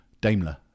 daimler